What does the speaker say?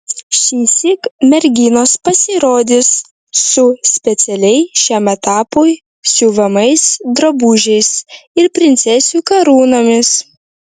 šįsyk merginos pasirodys su specialiai šiam etapui siuvamais drabužiais ir princesių karūnomis